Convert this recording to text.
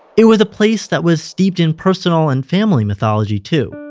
it was a place that was steeped in personal and family mythology too.